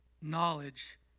knowledge